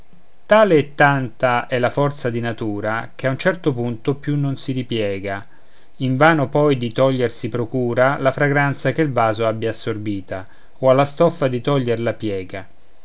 e tanta è la forza di natura che a un certo punto più non si ripiega invano poi di toglier si procura la fragranza che il vaso abbia assorbita o alla stoffa di togliere la piega